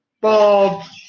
Bob